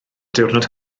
diwrnod